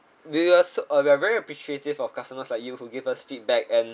we are so uh we are very appreciative of customers like you who give us feedback and